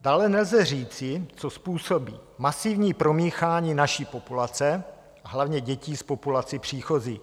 Dále nelze říci, co způsobí masivní promíchání naší populace a hlavně dětí s populací příchozí.